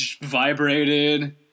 vibrated